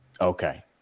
Okay